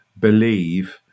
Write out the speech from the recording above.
believe